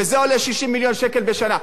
וזה עולה 60 מיליון שקל בשנה.